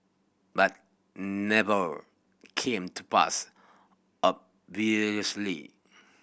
but never came to pass obviously